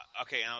okay